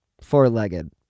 four-legged